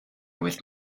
with